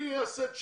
אני אעשה את שלי.